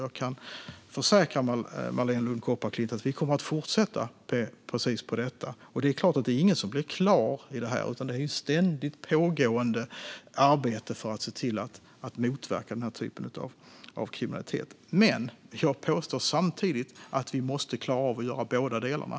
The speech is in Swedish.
Jag kan försäkra Marléne Lund Kopparklint att vi kommer att fortsätta med precis detta. Det är såklart ingen som blir klar med det här. Det är ett ständigt pågående arbete för att se till att motverka den typen av kriminalitet. Men jag påstår samtidigt att vi måste klara av att göra båda delarna.